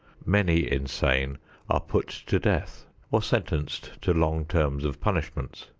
many insane are put to death or sentenced to long terms of punishments.